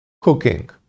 cooking